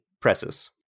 presses